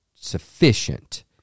Sufficient